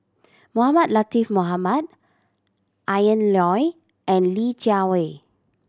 Mohamed Latiff Mohamed Ian Loy and Li Jiawei